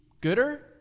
gooder